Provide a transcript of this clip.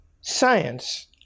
science